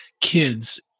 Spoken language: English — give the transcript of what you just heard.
kids